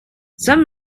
some